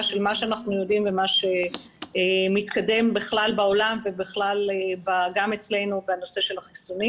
של מה שאנחנו יודעים ומה שמתקדם בכלל בעולם וגם אצלנו בנושא של החיסונים